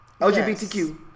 LGBTQ